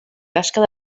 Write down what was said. tasca